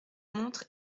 montre